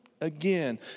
again